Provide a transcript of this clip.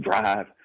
drive